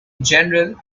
general